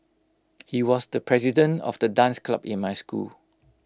he was the president of the dance club in my school